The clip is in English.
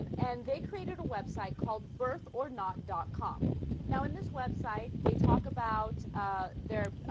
and and they created a website called burt or not dot com now in this website they talk about ah. their ah.